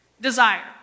Desire